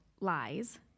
lies